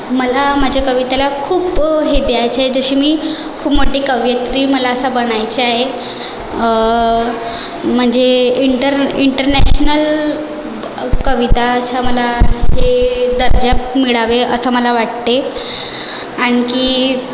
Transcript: मला माझ्या कवितेला खूप हे द्यायचं आहे जशी मी खूप मोठी कवियत्री मला असं बनायचं आहे म्हणजे इंटर इंटरनॅशनल कविताचा मला हे दर्जा मिळावे असं मला वाटते आणखी